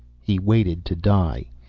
he waited to die.